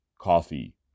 coffee